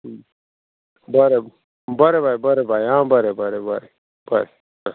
बरें बरें बाय बरें बाय आं बरें बरें बरें बरें बरें आं